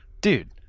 dude